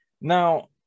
Now